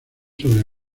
sobre